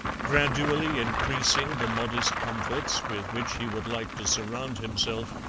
gradually increasing the modest comforts with which he would like to surround himself,